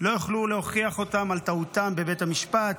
לא יוכלו להוכיח אותם על טעותם בבית המשפט,